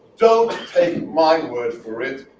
don't take my word for it.